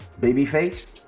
Babyface